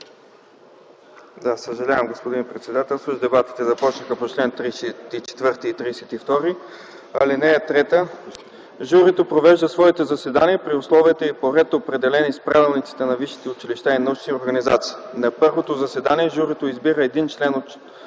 Съжалявам, господин председателстващ. Дебатите започнаха по чл. 34 и чл. 32. Алинея 3: „(3) Журито провежда своите заседания при условия и по ред, определени с правилниците на висшите училища и научните организации. На първото заседание журито избира един от